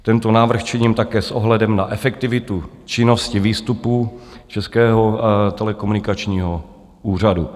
Tento návrh činím také s ohledem na efektivitu činnosti výstupu Českého telekomunikačního úřadu.